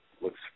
looks